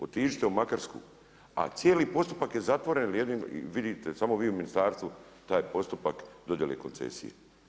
Otiđite u Makarsku, a cijeli postupak je zatvoren, vidite samo vi u Ministarstvu taj postupak dodjele koncesije.